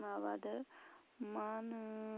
माबादो मा होनो